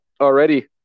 already